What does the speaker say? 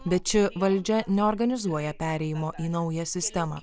bet ši valdžia neorganizuoja perėjimo į naują sistemą